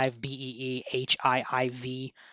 B-E-E-H-I-I-V